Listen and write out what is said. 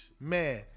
Man